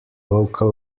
local